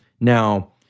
Now